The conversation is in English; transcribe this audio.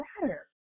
matter